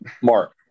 Mark